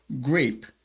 grape